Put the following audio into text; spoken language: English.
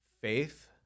faith